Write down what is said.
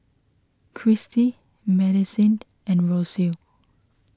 Christie Madisyn and Rocio